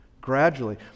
gradually